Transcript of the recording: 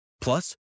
Plus